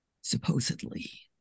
supposedly